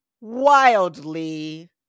wildly